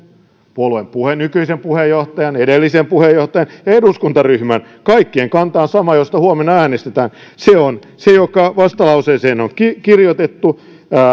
puolueen nykyisen puheenjohtajan edellisen puheenjohtajan ja eduskuntaryhmän kaikkien kanta on sama josta huomenna äänestetään se on se joka vastalauseeseen on kirjoitettu